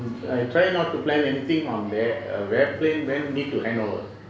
and I try not to plan anything on then when air plane need to handover